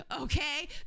Okay